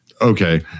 okay